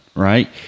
Right